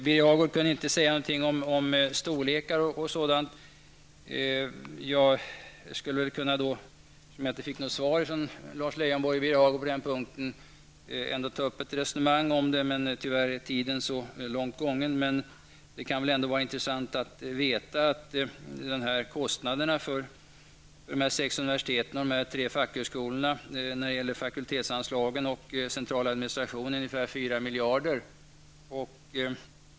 Birger Hagård kunde inte säga något om storlekar m.m. Eftersom jag inte fick något svar från Lars Leijonborg och Birger Hagård på den punkten skulle jag kunna ta upp ett resonemang om detta. Men tyvärr är timmen så sen. Det kan ändå vara intressant att veta att kostnaderna för de sex universiteten och de tre fackhögskolorna när det gäller fakultetsanslagen och den centrala administrationen är ungefär 4 miljarder.